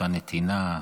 אותה נתינה,